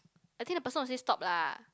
I think the person will say stop lah